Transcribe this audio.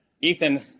Ethan